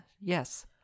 yes